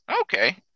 okay